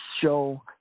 show